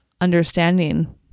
understanding